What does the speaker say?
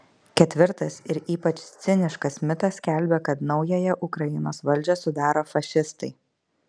ketvirtas ir ypač ciniškas mitas skelbia kad naująją ukrainos valdžią sudaro fašistai